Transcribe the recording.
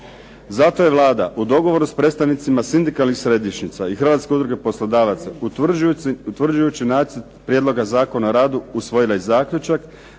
Zato je Vlada u razgovoru sa predstavnicima sindikalnih središnjica i Hrvatske udruge poslodavaca utvrđujući Nacrt prijedloga Zakona o radu usvojila i zaključak